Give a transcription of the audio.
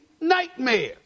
nightmare